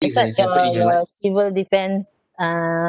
your civil defense ah